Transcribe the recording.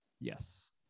Yes